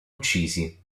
uccisi